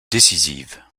décisive